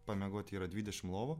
pamiegoti yra dvidešim lovų